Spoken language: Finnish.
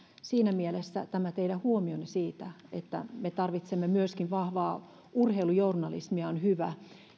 siinä mielessä tämä teidän huomionne siitä että me tarvitsemme myöskin vahvaa urheilujournalismia on hyvä